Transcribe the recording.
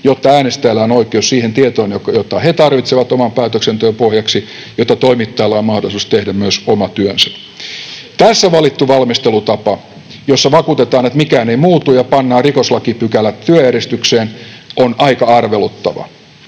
jotta äänestäjillä on oikeus siihen tietoon, jota he tarvitsevat oman päätöksentekonsa pohjaksi, jotta myös toimittajilla on mahdollisuus tehdä oma työnsä. Tässä valittu valmistelutapa, jossa vakuutetaan, että mikään ei muutu, ja pannaan rikoslakipykälä työjärjestykseen, on aika arveluttava.